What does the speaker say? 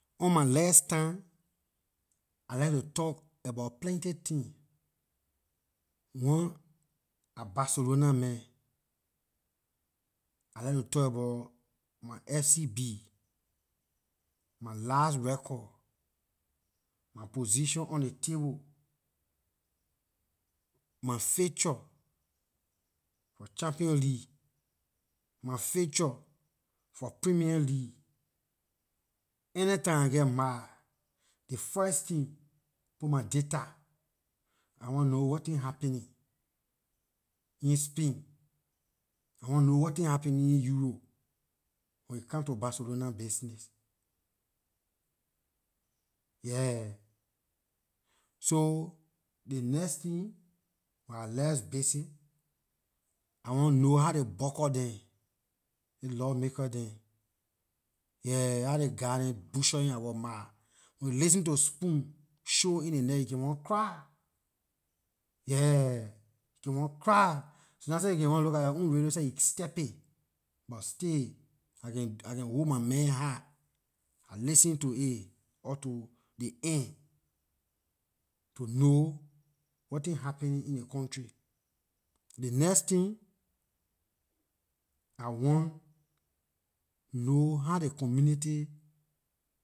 On my less time I like to talk about plenty thing one I barcelona man I like to talk about my fcb my last record my position on ley table my fixture for champion league my fixture for premier league anytime I geh mah ley first tin put my data I want know wetin happening in spain I want know wetin happening in europe when it come to barcelona bisnay, yeah, so the next tin when I less busy I want know how those bucker dem those lawmaker dem, yeah how those guys dem butchering our mah. When listen to spoon show in ley night you can want cry, yeah, you can want cry sometimes seh you can want look at yor own radio seh you step paay buh stay I can hold my man heart I listen to it or to ley end to know wetin happening in ley country. The next tin I want know how ley community